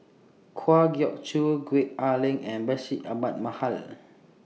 Kwa Geok Choo Gwee Ah Leng and Bashir Ahmad Mallal